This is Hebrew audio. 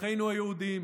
אחינו היהודים.